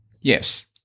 Yes